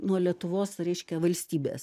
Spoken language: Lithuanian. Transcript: nuo lietuvos reiškia valstybės